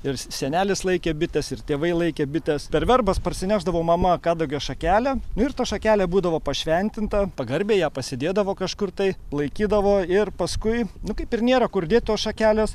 ir senelis laikė bites ir tėvai laikė bites per verbas parsinešdavo mama kadagio šakelę nu ir ta šakelė būdavo pašventinta pagarbiai ją pasidėdavo kažkur tai laikydavo ir paskui nu kaip ir nėra kur dėt tos šakelės